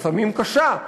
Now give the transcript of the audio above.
לפעמים קשה,